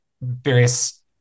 various